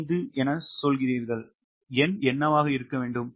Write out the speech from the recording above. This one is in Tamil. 5 என சொல்கிறார்கள் எண் என்னவாக இருக்க வேண்டும்